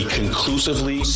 conclusively